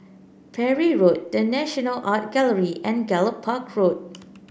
Parry Road The National Art Gallery and Gallop Park Road